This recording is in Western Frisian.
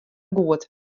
goed